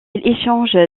échange